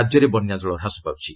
ରାଜ୍ୟରେ ବନ୍ୟାଜଳ ହ୍ରାସ ପାଉଛି